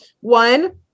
one